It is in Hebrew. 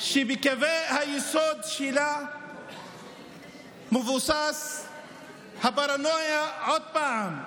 שקווי היסוד שלה מבוססי פרנויה, עוד פעם,